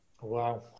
Wow